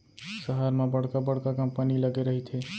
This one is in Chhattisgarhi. सहर म बड़का बड़का कंपनी लगे रहिथे